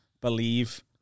believe